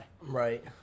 Right